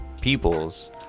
peoples